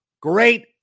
Great